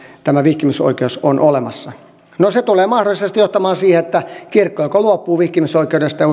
tämä vihkimisoikeus on olemassa no se tulee mahdollisesti johtamaan siihen että kirkko tai uskonnollinen yhdyskunta joko luopuu vihkimisoikeudesta